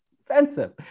expensive